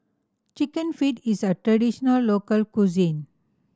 Chicken Feet is a traditional local cuisine